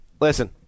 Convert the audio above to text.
listen